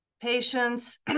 patients